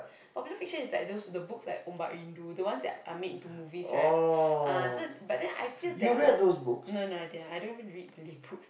popular fiction is like those the books like ombak rindu the ones that are made into movies right ah so but then I feel that they are no no I didn't I don't even read Malay books